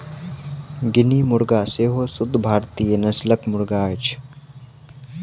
guinea मुर्गा सेहो शुद्ध भारतीय नस्लक मुर्गा अछि